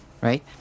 right